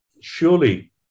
Surely